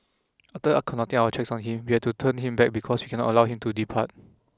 after conducting our checks on him we have to turn him back because we cannot allow him to depart